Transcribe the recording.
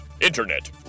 Internet